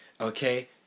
okay